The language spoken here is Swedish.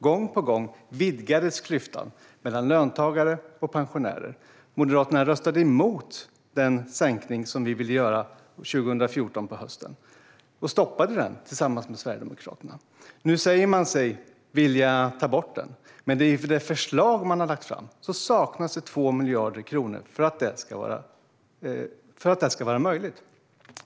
Gång på gång vidgades klyftan mellan löntagare och pensionärer. Moderaterna röstade emot den sänkning vi ville göra hösten 2014 och stoppade den tillsammans med Sverigedemokraterna. Nu säger man sig vilja ta bort den, men i det förslag man har lagt fram saknas 2 miljarder kronor för att detta ska vara möjligt.